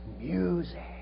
music